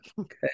Okay